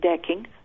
decking